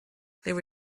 there